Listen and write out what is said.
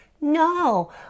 No